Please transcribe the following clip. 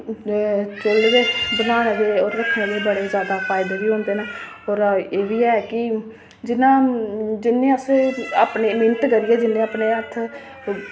चु'ल्ल बनाने दे ओह् आखदे बड़े फायदे होंदे न होर एह्बी ऐ की जि'यां अस जिन्ने अपनी मैह्नत करियै जेल्लै अपने हत्थ